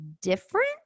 different